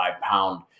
pound